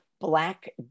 Black